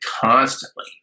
constantly